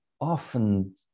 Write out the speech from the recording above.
often